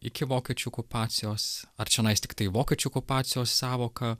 iki vokiečių okupacijos ar čionais tiktai vokiečių okupacijos sąvoka